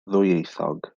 ddwyieithog